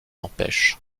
empêche